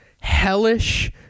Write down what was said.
hellish